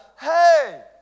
hey